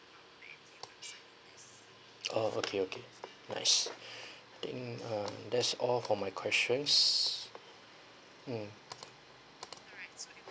orh okay okay nice I think uh that's all for my questions um